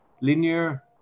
linear